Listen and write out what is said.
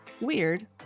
Weird